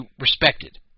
respected